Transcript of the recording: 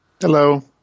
Hello